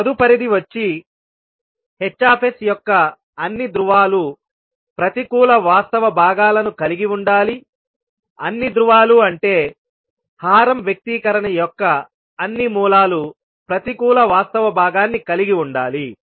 తదుపరిది వచ్చి Hs యొక్క అన్ని ధ్రువాలు ప్రతికూల వాస్తవ భాగాలను కలిగి ఉండాలి అన్ని ధ్రువాలు అంటే హారం వ్యక్తీకరణ యొక్క అన్ని మూలాలు ప్రతికూల వాస్తవ భాగాన్ని కలిగి ఉండాలి